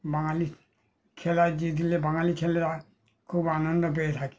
বাঙালি খেলায় জিতলে বাঙালি ছেলেরা খুব আনন্দ পেয়ে থাকি